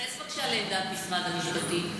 תתייחס בבקשה לעמדת משרד המשפטים,